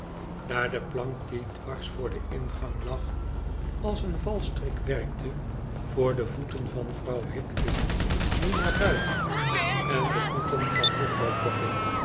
daar de plank die dwars voor den ingang la als een valstrik werkte voor de voeten van vrouw higden die naar bmten en de voeten van juffrouw boffin